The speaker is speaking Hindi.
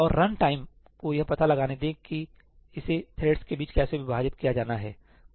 और रनटाइम को यह पता लगाने दें कि इसे थ्रेड्स के बीच कैसे विभाजित किया जाना है